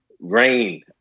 rain